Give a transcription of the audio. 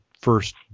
first